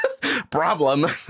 Problem